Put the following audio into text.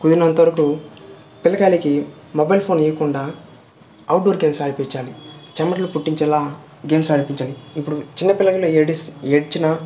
కుదిరినంతవరకు పిల్లకాయిలకి mobile phone ఇవ్వకుండా outdoor games ఆడిపించాలి చమటలు పుట్టించేలా గేమ్స్ ఆడిపించాలి ఇప్పుడు చిన్న పిల్లలు ఏడిచి ఏడ్చినా